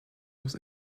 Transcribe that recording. was